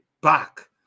back